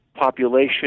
population